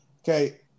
okay